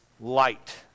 light